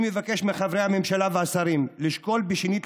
אני מבקש מחברי הממשלה והשרים לשקול שנית,